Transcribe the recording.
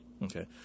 Okay